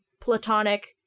platonic